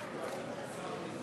חברי השרים,